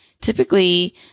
typically